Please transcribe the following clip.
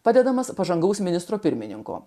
padedamas pažangaus ministro pirmininko